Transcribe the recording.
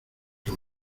que